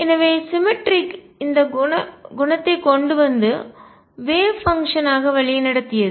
எனவே சிமெட்ரி சமச்சீர்மை இந்த குணத்தை கொண்டுவந்து வேவ் பங்ஷன் அலை செயல்பாடு ஆக வழிநடத்தியது